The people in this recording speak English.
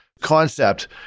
concept